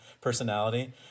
personality